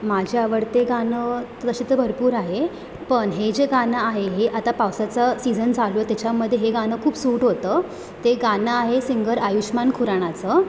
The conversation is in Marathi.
माझे आवडतं गाणं तसे तर भरपूर आहे पण हे जे गाणं आहे हे आता पावसाचा सीजन चालू आहे त्याच्यामध्ये हे गाणं खूप सूट होतं ते गाणं आहे सिंगर आयुषमान खुराणाचं